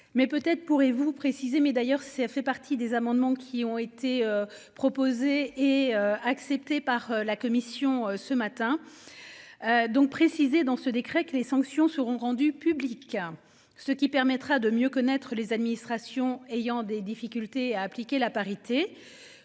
Mais peut-être pourrez-vous préciser mais d'ailleurs c'est fait partie des amendements qui ont été proposées et acceptées par la commission ce matin. Donc préciser dans ce décret que les sanctions seront rendus publics. Ce qui permettra de mieux connaître les administrations ayant des difficultés à appliquer la parité